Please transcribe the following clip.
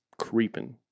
creeping